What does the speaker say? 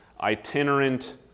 itinerant